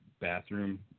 bathroom